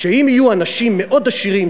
שאם יהיו אנשים מאוד עשירים,